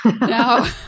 no